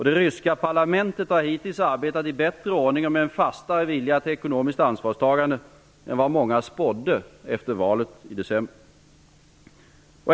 Det ryska parlamentet har hittills arbetat i bättre ordning och med en fastare vilja till ekonomiskt ansvarstagande än vad många spådde efter valet i december.